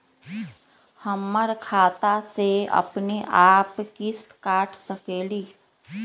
हमर खाता से अपनेआप किस्त काट सकेली?